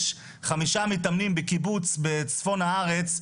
כשיש חמישה מתאמנים בקיבוץ בצפון הארץ,